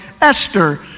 Esther